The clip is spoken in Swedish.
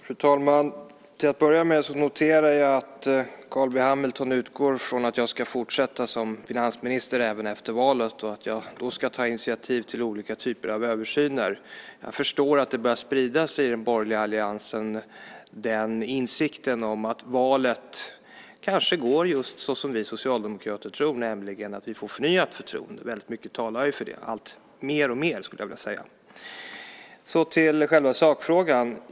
Fru talman! Till att börja med noterar jag att Carl B Hamilton utgår från att jag ska fortsätta som finansminister även efter valet och att jag då ska ta initiativ till olika typer av översyner. Jag förstår att det i den borgerliga alliansen börjar sprida sig insikten att valet kanske går just såsom vi socialdemokrater tror, nämligen att vi får förnyat förtroende. Väldigt mycket talar ju för det - mer och mer, skulle jag vilja säga. Så till själva sakfrågan.